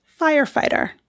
firefighter